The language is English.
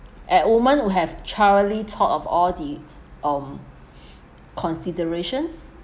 and women who have thoroughly thought of all the um considerations